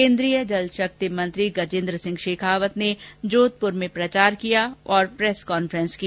केन्द्रीय जल शक्ति मंत्री गजेन्द्र सिंह शेखावत ने जोधपुर में प्रचार किया और प्रेस कॉन्फ्रेंस की